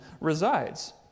resides